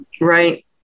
Right